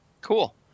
Cool